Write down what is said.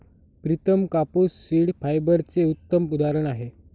प्रितम कापूस सीड फायबरचे उत्तम उदाहरण आहे